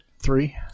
three